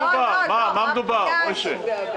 על מה מדובר, מוישה?